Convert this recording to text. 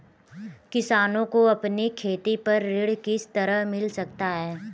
किसानों को अपनी खेती पर ऋण किस तरह मिल सकता है?